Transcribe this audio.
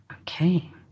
Okay